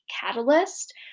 catalyst